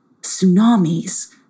tsunamis